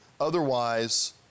Otherwise